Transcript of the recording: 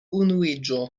unuiĝo